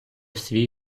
свій